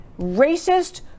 racist